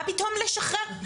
מה פתאום לשחרר?